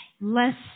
Less